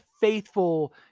faithful